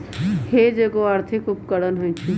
hedge एगो आर्थिक उपकरण होइ छइ